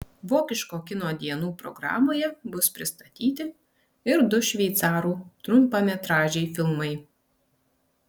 vokiško kino dienų programoje bus pristatyti ir du šveicarų trumpametražiai filmai